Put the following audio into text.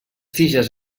tiges